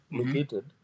located